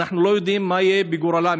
אנחנו לא יודעים מה יהיה בגורלם.